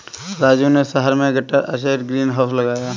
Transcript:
राजू ने शहर में गटर अटैच्ड ग्रीन हाउस लगाया है